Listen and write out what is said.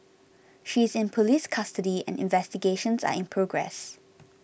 she is in police custody and investigations are in progress